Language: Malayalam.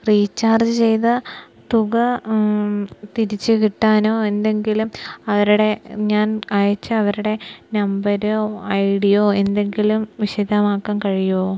റീചാർജ് ചെയ്ത തുക തിരിച്ചുകിട്ടാനോ എന്തെങ്കിലും അവരുടെ ഞാൻ അയച്ച അവരുടെ നമ്പരോ ഐ ഡിയോ എന്തെങ്കിലും വിശദമാക്കാൻ കഴിയുമോ